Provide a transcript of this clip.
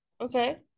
Okay